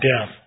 death